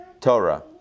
Torah